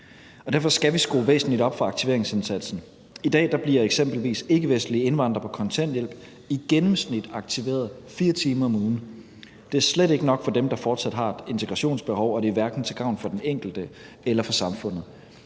Derfor skal vi skrue væsentligt op for aktiveringsindsatsen. I dag bliver eksempelvis ikkevestlige indvandrere på kontanthjælp i gennemsnit aktiveret 4 timer om ugen. Det er slet ikke nok for dem, der fortsat har et integrationsbehov, og det er hverken til gavn for den enkelte eller for samfundet.